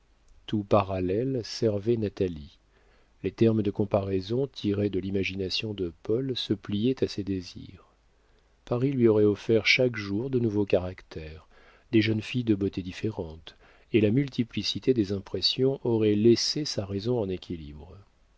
tout parallèle servait natalie les termes de comparaison tirés de l'imagination de paul se pliaient à ses désirs paris lui aurait offert chaque jour de nouveaux caractères des jeunes filles de beautés différentes et la multiplicité des impressions aurait laissé sa raison en équilibre